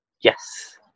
Yes